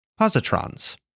positrons